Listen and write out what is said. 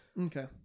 Okay